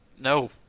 No